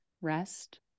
rest